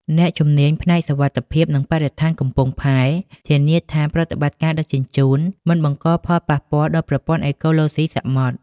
អ្នកជំនាញផ្នែកសុវត្ថិភាព និងបរិស្ថានកំពង់ផែ ធានាថាប្រតិបត្តិការដឹកជញ្ជូនមិនបង្កផលប៉ះពាល់ដល់ប្រព័ន្ធអេកូឡូស៊ីសមុទ្រ។